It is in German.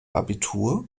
abitur